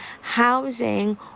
housing